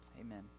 Amen